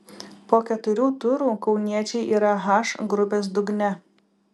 po keturių turų kauniečiai yra h grupės dugne